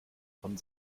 von